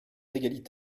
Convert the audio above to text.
d’égalité